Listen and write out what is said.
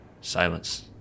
silence